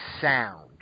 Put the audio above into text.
sound